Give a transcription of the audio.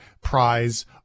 prize